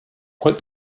put